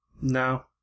No